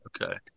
Okay